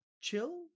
chill